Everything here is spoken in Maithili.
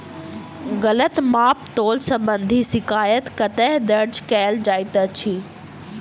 गलत माप तोल संबंधी शिकायत कतह दर्ज कैल जाइत अछि?